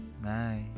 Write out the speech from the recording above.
Bye